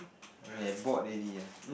I mean I bored already ah